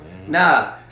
Nah